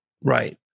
Right